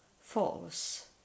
false